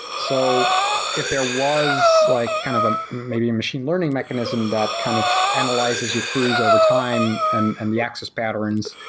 so if there was like kind of maybe a machine learning mechanism that kind of analyzes your queries over time and and the access patterns,